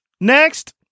next